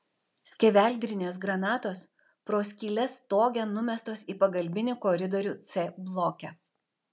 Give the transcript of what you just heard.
skeveldrinės granatos pro skyles stoge numestos į pagalbinį koridorių c bloke